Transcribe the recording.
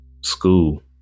school